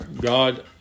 God